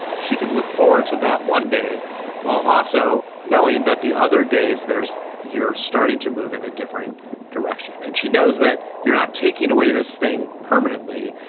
she can look forward to that one day while also knowing that the other days there's you're starting to move in a different direction. and she knows that you're not taking away this thing permanently,